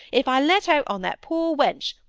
if i let out on that poor wench,